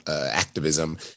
activism